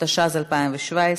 התשע"ז 2017,